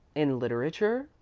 in literature?